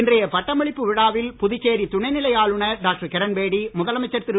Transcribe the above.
இன்றைய பட்டமளிப்பு விழாவில் புதுச்சேரி துணை நிலை ஆளுநர் டாக்டர் கிரண்பேடி முதலமைச்சர் திரு